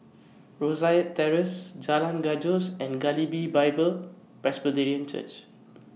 Rosyth Terrace Jalan Gajus and Galilee B Bible Presbyterian Church